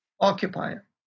occupier